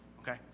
Okay